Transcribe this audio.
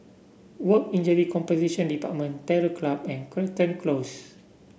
Work Injury Compensation Department Terror Club and Crichton Close